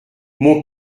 mon